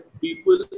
people